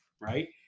right